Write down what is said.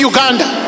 Uganda